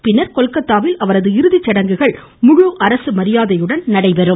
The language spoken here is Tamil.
பின்னர் கொல்கத்தாவில் அவரது இறுதிச் சடங்குகள் அரசு முழு மரியாதையுடன் நடைபெறும்